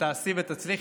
שתעשי ותצליחי.